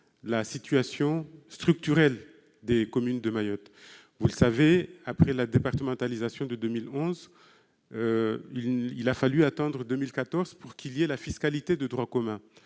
la situation structurelle des communes de Mayotte. Vous le savez, après la départementalisation de 2011, il a fallu attendre 2014 pour que soit mise en place la fiscalité de droit commun.